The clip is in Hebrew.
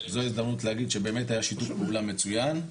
זו הזדמנות להגיד שבאמת היה שיתוף פעולה מצוין,